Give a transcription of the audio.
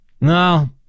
No